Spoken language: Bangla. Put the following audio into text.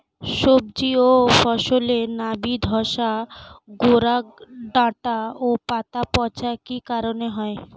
সবজি ও ফসলে নাবি ধসা গোরা ডাঁটা ও পাতা পচা কি কারণে হয়?